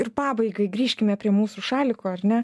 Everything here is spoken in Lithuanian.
ir pabaigai grįžkime prie mūsų šaliko ar ne